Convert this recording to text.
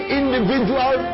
individual